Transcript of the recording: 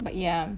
but yeah